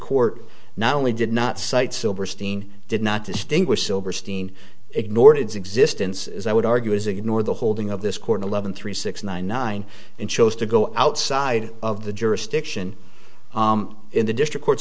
court not only did not cite silberstein did not distinguish silberstein ignored its existence as i would argue is ignore the holding of this court eleven three six nine nine and chose to go outside of the jurisdiction in the district court's